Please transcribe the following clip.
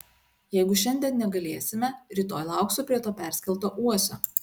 jeigu šiandien negalėsime rytoj lauksiu prie to perskelto uosio